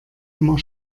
immer